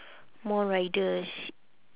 more riders